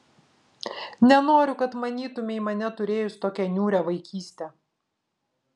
nenoriu kad manytumei mane turėjus tokią niūrią vaikystę